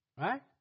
Right